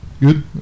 good